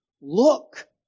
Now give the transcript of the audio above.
Look